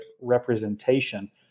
representation